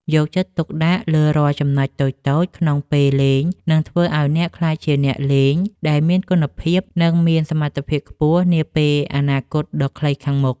យកចិត្តទុកដាក់លើរាល់ចំណុចតូចៗក្នុងពេលលេងនឹងធ្វើឱ្យអ្នកក្លាយជាអ្នកលេងដែលមានគុណភាព និងមានសមត្ថភាពខ្ពស់នាពេលអនាគតដ៏ខ្លីខាងមុខ។